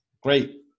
Great